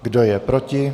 Kdo je proti?